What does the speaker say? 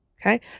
Okay